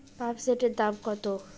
পাম্পসেটের দাম কত?